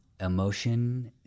emotion